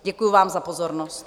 Děkuji vám za pozornost.